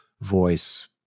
voice